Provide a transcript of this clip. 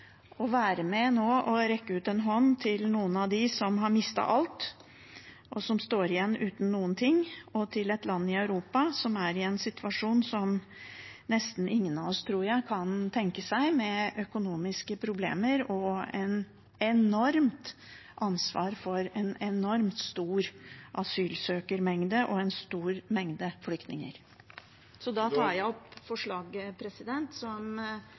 være med nå og rekke ut en hånd til noen av dem som har mistet alt – som står igjen uten noen ting – og til et land i Europa som er i en situasjon som jeg tror nesten ingen av oss kan tenke seg, med økonomiske problemer og et enormt ansvar for en enormt stor asylsøkermengde og en stor mengde flyktninger. Da tar jeg opp forslagene fra SV, som